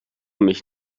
mich